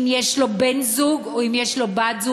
אם יש לו בן-זוג או אם יש לו בת-זוג,